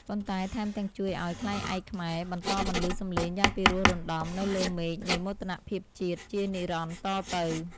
ប៉ុន្តែថែមទាំងជួយឱ្យ ខ្លែងឯកខ្មែរ បន្តបន្លឺសំឡេងយ៉ាងពីរោះរណ្ដំនៅលើមេឃនៃមោទនភាពជាតិជានិរន្តរ៍តទៅ។